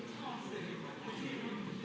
Hvala